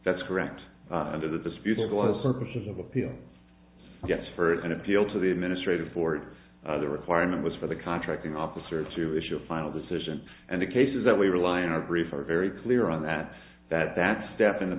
that's correct under the disputed laws surfaces of appeal yes for an appeal to the administrative for the requirement was for the contracting officer to issue a final decision and the cases that we rely in our brief are very clear on that that that step in the